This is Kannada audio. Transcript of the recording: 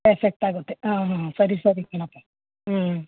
ಎಫ್ಫೆಕ್ಟ್ ಆಗುತ್ತೆ ಹಾಂ ಹಾಂ ಸರಿ ಸರಿ ಕಣಪ್ಪ ಹ್ಞೂ